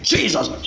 Jesus